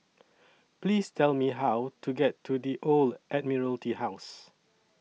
Please Tell Me How to get to The Old Admiralty House